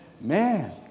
Man